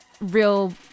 Real